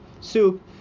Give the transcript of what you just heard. soup